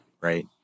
right